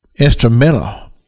instrumental